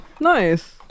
nice